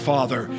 Father